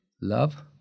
Love